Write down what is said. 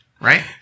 right